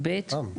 (ב)(2)(ב).